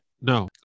no